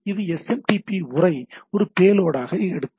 இது எஸ்எம்டிபி உறை ஒரு பேலோடாக எடுக்கும்